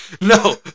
No